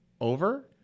over